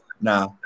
nah